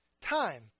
time